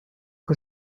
que